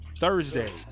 Thursday